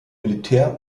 militär